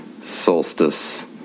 solstice